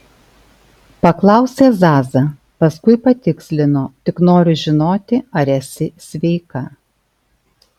paklausė zaza paskui patikslino tik noriu žinoti ar esi sveika